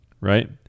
right